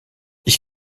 ich